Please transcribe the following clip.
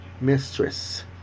mistress